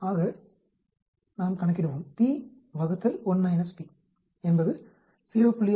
ஆக நாம் கணக்கிடுவோம் p என்பது 0